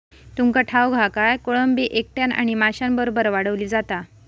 तुमका ठाऊक हा काय, कोळंबी एकट्यानं आणि माशांबरोबर वाढवली जाता